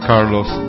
Carlos